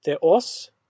Theos